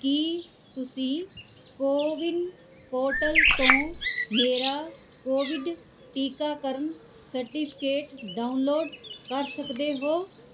ਕੀ ਤੁਸੀਂ ਕੋਵਿਨ ਪੋਰਟਲ ਤੋਂ ਮੇਰਾ ਕੋਵਿਡ ਟੀਕਾਕਰਨ ਸਰਟੀਫਿਕੇਟ ਡਾਊਨਲੋਡ ਕਰ ਸਕਦੇ ਹੋ